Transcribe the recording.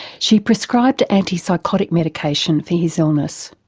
she prescribed antipsychotic medication for his illness.